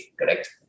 Correct